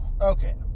Okay